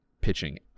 pitching